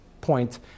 point